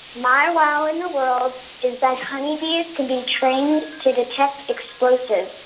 my wow in the world is that honeybees can be trained to detect explosives.